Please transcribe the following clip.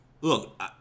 look